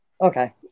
Okay